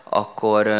akkor